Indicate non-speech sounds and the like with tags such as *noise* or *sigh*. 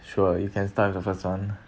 sure you can start with the first one *breath*